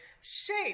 shape